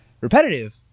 repetitive